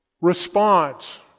response